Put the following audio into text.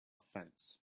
fence